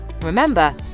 Remember